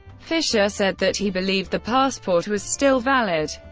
fischer said that he believed the passport was still valid.